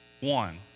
one